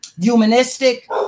humanistic